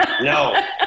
No